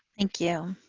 thank you.